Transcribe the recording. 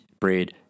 bread